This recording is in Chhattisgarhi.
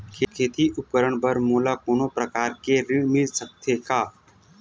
खेती उपकरण बर मोला कोनो प्रकार के ऋण मिल सकथे का?